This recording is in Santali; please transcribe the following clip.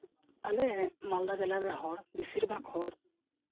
ᱟᱞᱮ ᱢᱟᱞᱫᱟ ᱡᱮᱞᱟ ᱨᱮᱱ ᱦᱚᱲ ᱵᱮᱥᱤᱨ ᱵᱷᱟᱜᱽ ᱦᱚᱲ